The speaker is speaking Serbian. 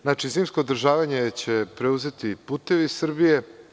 Znači, zimsko održavanje će preuzeti „Putevi Srbije“